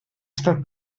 estat